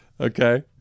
Okay